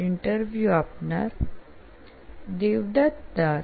interview આપનાર દેવદત દાસ